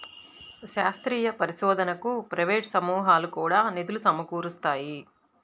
శాస్త్రీయ పరిశోధనకు ప్రైవేట్ సమూహాలు కూడా నిధులు సమకూరుస్తాయి